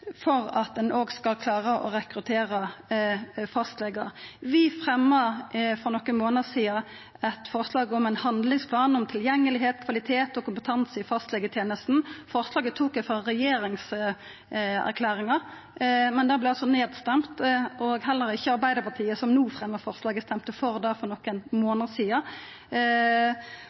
for at ein skal klara å rekruttera fastlegar. Vi fremja for nokre månader sidan eit forslag om ein handlingsplan for tilgjengelegheit, kvalitet og kompetanse i fastlegetenesta. Forslaget tok eg frå regjeringserklæringa, men det vart altså stemt ned. Heller ikkje Arbeidarpartiet, som no fremjar forslaget, stemte for det for nokre månader sidan.